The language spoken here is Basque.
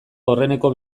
aurreneko